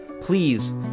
Please